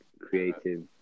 creative